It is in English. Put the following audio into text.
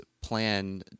plan